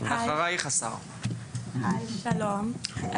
היי, שלום,